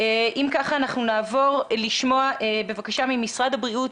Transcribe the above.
אם ככה אנחנו נעבור לשמוע, בבקשה, ממשרד הבריאות,